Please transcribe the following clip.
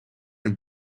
een